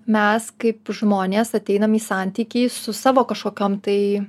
mes kaip žmonės ateinam į santykį su savo kažkokiom tai